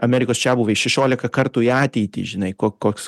amerikos čiabuviai šešiolika kartų į ateitį žinai ko koks